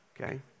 okay